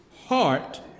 heart